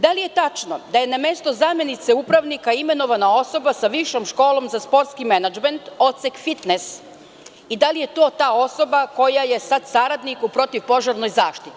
Da li je tačno da je na mesto zamenice upravnika imenovana osoba sa Višom školom za sportski menadžment, odsek fitnes i da li je to ta osoba koja je sada saradnik u protivpožarnoj zaštiti?